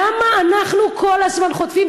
למה אנחנו כל הזמן חוטפים,